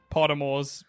Pottermore's